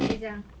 okay 讲